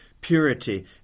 purity